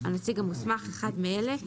"הנציג המוסמך" אחד מאלה,